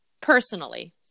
personally